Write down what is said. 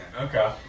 okay